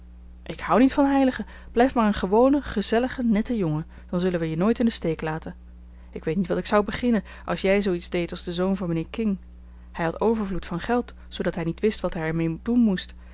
ik houd niet van heiligen blijf maar een gewone gezellige nette jongen dan zullen wij je nooit in den steek laten ik weet niet wat ik zou beginnen als jij zooiets deed als de zoon van mijnheer king hij had overvloed van geld zoodat hij niet wist wat hij er mee doen moest